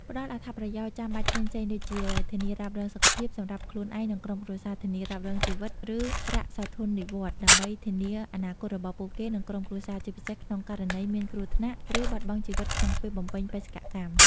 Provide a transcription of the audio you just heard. ផ្តល់អត្ថប្រយោជន៍ចាំបាច់ផ្សេងៗដូចជា ធានារ៉ាប់រងសុខភាព សម្រាប់ខ្លួនឯង និងក្រុមគ្រួសារ ធានារ៉ាប់រងជីវិត ឬ ប្រាក់សោធននិវត្តន៍ ដើម្បីធានាអនាគតរបស់ពួកគេ និងក្រុមគ្រួសារ ជាពិសេសក្នុងករណីមានគ្រោះថ្នាក់ ឬបាត់បង់ជីវិតក្នុងពេលបំពេញបេសកកម្ម។